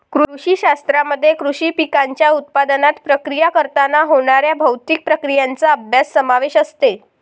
कृषी शास्त्रामध्ये कृषी पिकांच्या उत्पादनात, प्रक्रिया करताना होणाऱ्या भौतिक प्रक्रियांचा अभ्यास समावेश असते